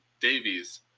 Davies